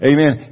Amen